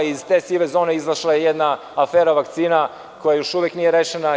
Iz te sive zone izašla je jedna afera vakcina koja još uvek nije rešena.